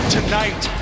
Tonight